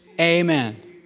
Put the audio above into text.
amen